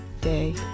day